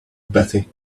batty